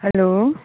hello